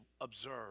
observe